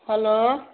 hello